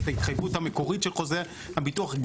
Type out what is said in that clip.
את ההתחייבות המקורית של חוזה הביטוח.